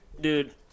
Dude